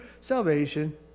salvation